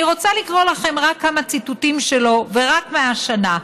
אני רוצה לקרוא לכם כמה ציטוטים שלו, רק מהשנה.